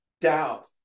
doubt